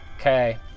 Okay